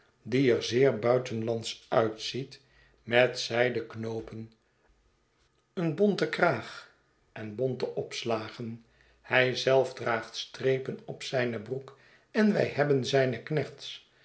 die er zeer buitenlandsch uitziet met zij den knoopen een bonten kraag en bonte opslagen hij zelfdraagt strepen op zijne broeken wij hebben zijne